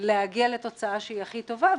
להגיע לתוצאה שהיא הכי טובה,